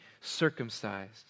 circumcised